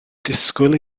disgwyl